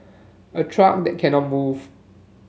a truck that cannot move